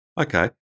Okay